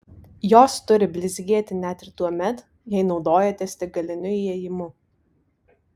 jos turi blizgėti net ir tuomet jei naudojatės tik galiniu įėjimu